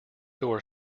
door